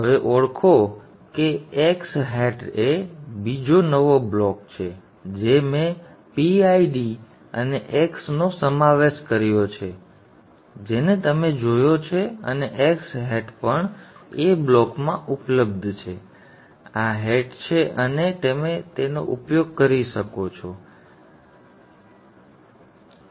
હવે ઓળખો કે x હેટ એ બીજો નવો બ્લોક છે જે મેં PID અને x નો સમાવેશ કર્યો છે જેને તમે જોયો છે અને x હેટ પણ A બ્લોકમાં ઉપલબ્ધ છે આ હેટ છે અને તમે તેનો ઉપયોગ કરી શકો છો અને આ તે સરવાળો છે જેનો અહીં ઉપયોગ થાય છે